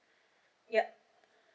ya